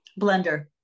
Blender